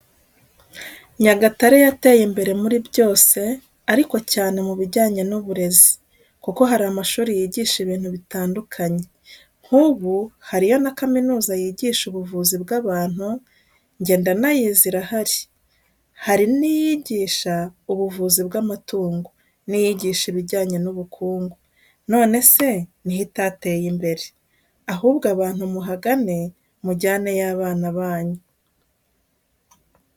Nyagatare yateye imbere muri byose ariko cyane mu bijyanye n'uburezi, kuko hari amashuri yigisha ibintu bitandukanye nk'ubu hariyo na kaminuza yigisha ubuganga bw'abantu, njye ndanayizi irahari. Hariyo n'iyigisha ubuganga bw'amatungo n'iyigisha ibijyanye n'ubukungu. Nonese ni he itateye imbere? Ahubwo abantu muhagane mutwareyo abana banyu.